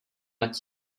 nad